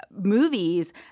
movies